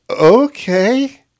okay